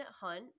hunt